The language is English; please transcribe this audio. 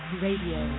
radio